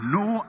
no